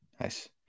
nice